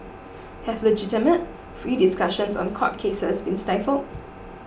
have legitimate free discussions on court cases been stifled